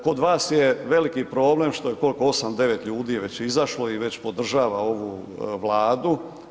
Kod vas je veliki problem što, koliko 8, 9 ljudi je već izašlo i već podržava ovu Vladu.